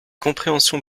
compréhension